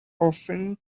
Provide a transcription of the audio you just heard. often